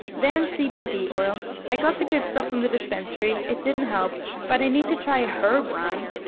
then, cbd oil. i got the good stuff from the dispensary. it didn't help, but i need to try her brand.